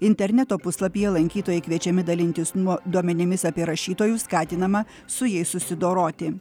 interneto puslapyje lankytojai kviečiami dalintis nuo duomenimis apie rašytojus skatinama su jais susidoroti